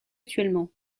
actuellement